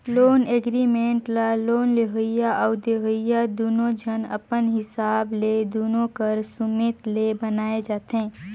loan agreement ल loan लेवइया अउ देवइया दुनो झन अपन हिसाब ले दुनो कर सुमेत ले बनाए जाथें